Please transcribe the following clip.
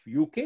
UK